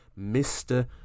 Mr